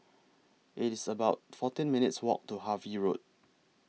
It's about fourteen minutes' Walk to Harvey Road